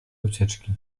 ucieczki